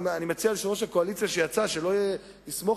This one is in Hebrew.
אני מציע ליושב-ראש הקואליציה שלא יסמוך